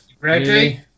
Ready